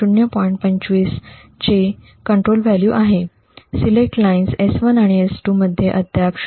25' चे नियंत्रण मूल्य आहे सिलेक्ट लाईन्स S1 आणि S2 मध्ये अद्याप '0